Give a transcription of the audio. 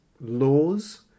laws